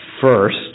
first